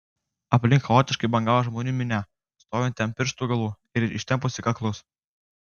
aplink chaotiškai bangavo žmonių minia stovinti ant pirštų galų ir ištempusi kaklus